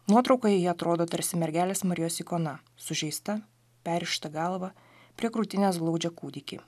nuotraukoje ji atrodo tarsi mergelės marijos ikona sužeista perrišta galva prie krūtinės glaudžia kūdikį